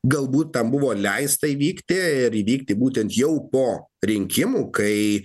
galbūt tam buvo leista įvykti ir įvykti būtent jau po rinkimų kai